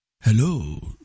Hello